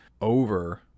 over